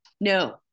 No